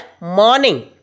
morning